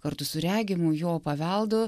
kartu su regimu jo paveldu